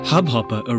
Hubhopper